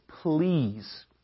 Please